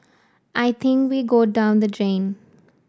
I think we'd go down the drain